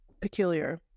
peculiar